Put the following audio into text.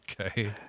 Okay